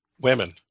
women